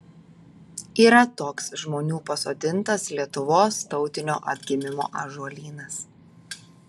yra toks žmonių pasodintas lietuvos tautinio atgimimo ąžuolynas